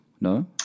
no